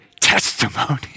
testimony